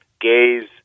Gays